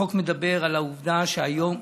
החוק מדבר על העובדה שהיום,